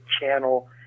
channel